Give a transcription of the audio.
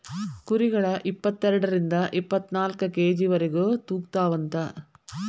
ಕುರಿಗಳ ಇಪ್ಪತೆರಡರಿಂದ ಇಪ್ಪತ್ತನಾಕ ಕೆ.ಜಿ ವರೆಗು ತೂಗತಾವಂತ